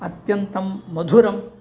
अत्यन्तं मधुरम्